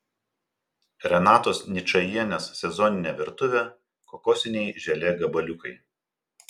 renatos ničajienės sezoninė virtuvė kokosiniai želė gabaliukai